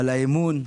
על האמון.